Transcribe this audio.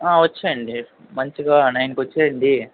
వచ్చేయండి మంచిగా నైన్కి వచ్చేయండి